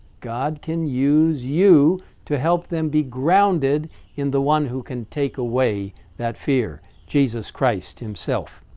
god can use you to help them be grounded in the one who can take away that fear, jesus christ himself.